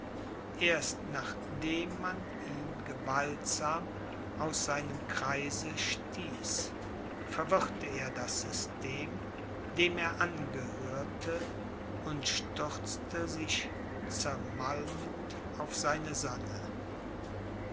erst nachdem man ihn gewaltsam aus seinem kreise stieß verwirrte er das system dem er angehörte und stürzte sich zermalmend auf seine sonne